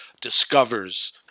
discovers